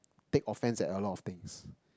take offence at a lot of things